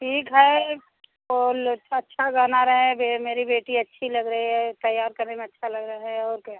ठीक है तो अच्छा गहना रहे ये मेरी बेटी अच्छी लग रहे तैयार करने में अच्छा लगा है और क्या